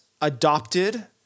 adopted